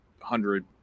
hundred